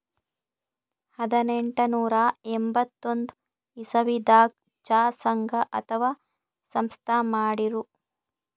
ಹದನೆಂಟನೂರಾ ಎಂಬತ್ತೊಂದ್ ಇಸವಿದಾಗ್ ಚಾ ಸಂಘ ಅಥವಾ ಸಂಸ್ಥಾ ಮಾಡಿರು